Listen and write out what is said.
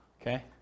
Okay